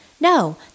No